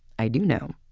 i do know.